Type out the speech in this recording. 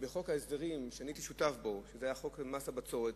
בחוק ההסדרים שאני הייתי שותף בו, חוק מס הבצורת.